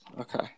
Okay